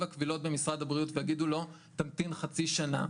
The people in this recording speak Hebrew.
הבריאות ויגידו לו 'תמתין חצי שנה'.